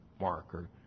marker